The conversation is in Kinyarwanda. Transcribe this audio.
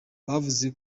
bavuze